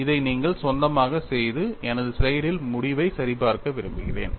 இதை நீங்கள் சொந்தமாகச் செய்து எனது ஸ்லைடில் முடிவைச் சரிபார்க்க விரும்புகிறேன்